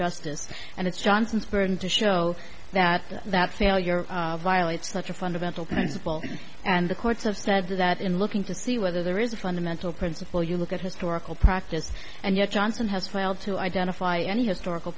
justice and it's johnson's burden to show that that failure violates such a fundamental principle and the courts have said that in looking to see whether there is a fundamental principle you look at historical practice and yet johnson has failed to identify any historical